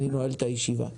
אני נועל את הישיבה.